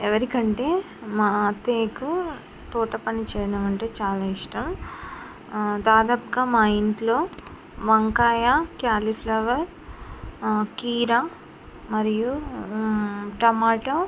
ఎవరికంటే మా అత్తయ్యకు తోట పని చేయడం అంటే చాలా ఇష్టం దాదాపుగా మా ఇంట్లో వంకాయ క్యాలీఫ్లవర్ కీరా మరియు టమాటో